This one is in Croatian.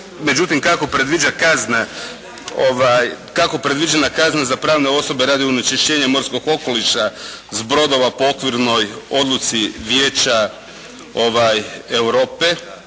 kazna, kako je predviđena kazna za pravne osobe radi onečišćenja morskog okoliša s brodova po Okvirnoj odluci Vijeća Europe